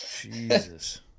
Jesus